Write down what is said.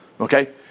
Okay